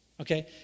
okay